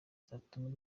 zatumye